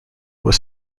was